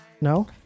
No